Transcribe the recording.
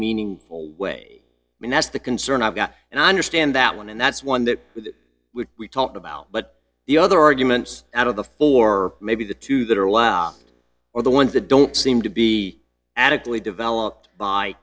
meaningful way and that's the concern i've got and i understand that one and that's one that we talked about but the other arguments out of the four maybe the two that are a while or the ones that don't seem to be adequately developed by